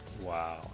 Wow